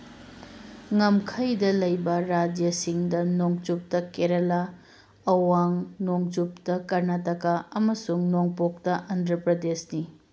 ꯉꯝꯈꯩꯗ ꯂꯩꯕ ꯔꯥꯖ꯭ꯌꯥꯁꯤꯡꯗ ꯅꯣꯡꯆꯨꯞꯇ ꯀꯦꯔꯂꯥ ꯑꯋꯥꯡ ꯅꯣꯡꯆꯨꯞꯇ ꯀꯔꯅꯥꯇꯀꯥ ꯑꯃꯁꯨꯡ ꯅꯣꯡꯄꯣꯛꯇ ꯑꯟꯙ꯭ꯔ ꯄ꯭ꯔꯗꯦꯁꯅꯤ